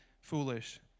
foolish